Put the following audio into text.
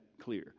clear